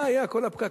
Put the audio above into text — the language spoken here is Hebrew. מה היה כל הפקק?